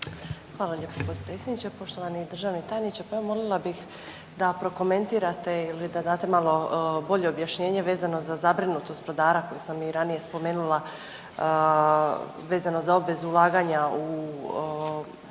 Poštovani državni tajniče, pa evo molila bih da prokomentirate ili da date malo bolje objašnjenje vezano za zabrinutost brodara koje sam i ranije spomenula vezano za obvezu ulaganja u